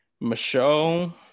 Michelle